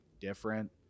different